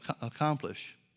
accomplish